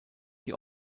die